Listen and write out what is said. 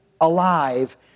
alive